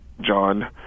John